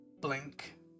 blink